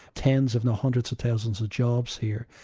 tens if not hundreds of thousands of jobs here.